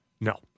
no